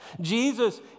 Jesus